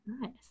nice